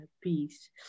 peace